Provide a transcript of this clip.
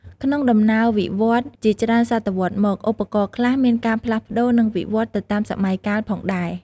ក្នុងដំណើរវិវត្តន៍ជាច្រើនសតវត្សរ៍មក ឧបករណ៍ខ្លះមានការផ្លាស់ប្តូរ និងវិវត្តន៍ទៅតាមសម័យកាលផងដែរ។